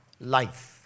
life